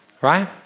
Right